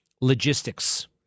logistics